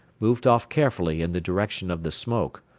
moved off carefully in the direction of the smoke,